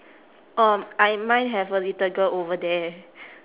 um I mine have a little girl over there